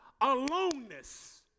aloneness